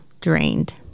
drained